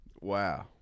Wow